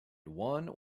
one